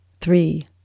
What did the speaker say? three